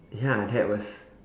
ya that was